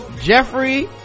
Jeffrey